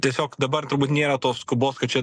tiesiog dabar turbūt nėra tos skubos kad čia